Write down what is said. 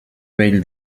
vell